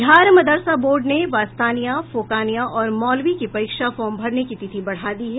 बिहार मदरसा बोर्ड ने वस्तानिया फोकनिया और मौलवी की परीक्षा फॉर्म भरने की तिथि बढ़ा दी है